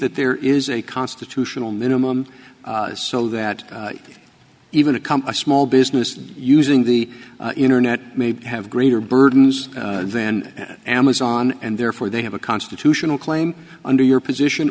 that there is a constitutional minimum so that even to come a small business using the internet made have greater burdens then amazon and therefore they have a constitutional claim under your position